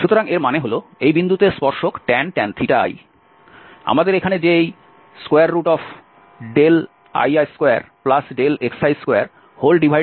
সুতরাং এর মানে হল এই বিন্দুতে স্পর্শক tan i আমাদের এখানে যে এই li2xi2xi আছে তার সমান